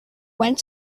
went